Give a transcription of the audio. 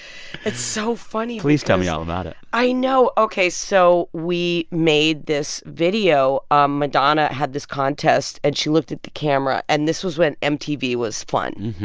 it's so funny because. please tell me all about it i know. ok. so we made this video. um madonna had this contest. and she looked at the camera. and this was when mtv was fun.